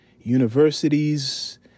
universities